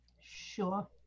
Sure